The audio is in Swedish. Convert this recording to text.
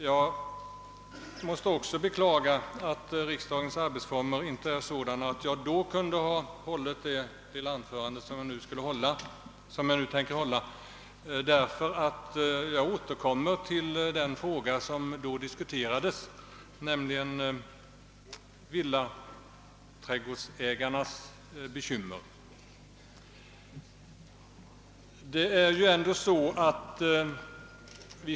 Jag måste också beklaga att riksdagens arbetsformer inte är sådana att jag då kunde ha hållit det anförande jag nu tänker hålla, eftersom jag återkommer till den fråga som i det sammanhanget diskuterades, nämligen villaträdgårdsägarnas bekymmer.